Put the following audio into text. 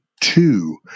two